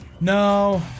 No